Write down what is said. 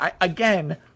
again